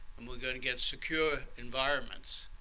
um we're going to get secure environments.